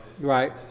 Right